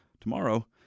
tomorrow